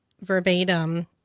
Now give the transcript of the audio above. verbatim